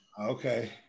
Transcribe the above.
Okay